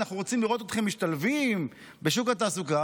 אנחנו רוצים לראות אתכם משתלבים בשוק התעסוקה.